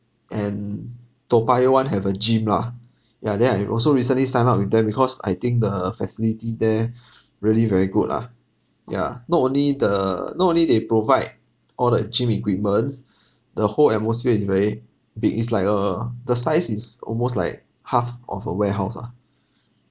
and toa payoh one have a gym lah ya then I also recently signed up with them because I think the facility there really very good lah ya not only the not only they provide all the gym equipments the whole atmosphere is very big it's like err the size is almost like half of a warehouse ah